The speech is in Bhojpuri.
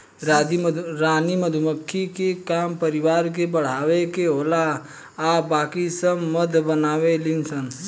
रानी मधुमक्खी के काम परिवार के बढ़ावे के होला आ बाकी सब मध बनावे ली सन